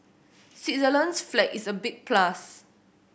Switzerland's flag is a big plus